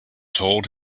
told